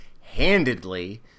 handedly